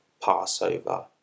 Passover